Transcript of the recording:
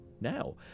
now